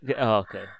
okay